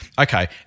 okay